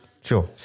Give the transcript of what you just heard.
Sure